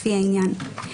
לפי העניין.".